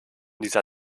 dieser